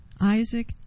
Isaac